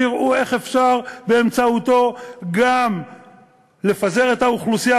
תראו איך אפשר באמצעותו גם לפזר את האוכלוסייה